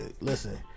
listen